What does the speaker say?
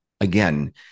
Again